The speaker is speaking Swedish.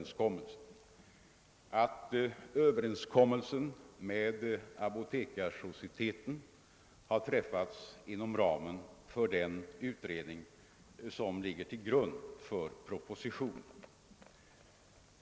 Vad själva överenskommelsen med Apotekarsocieteten angår, så har den träffats inom ramen för den utredning som ligger till grund för propositionen.